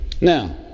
Now